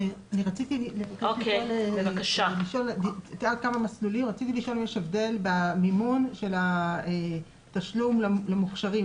רציתי לשאול אם יש הבדל במימון של התשלום למוכשרים,